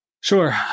Sure